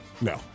No